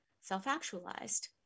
self-actualized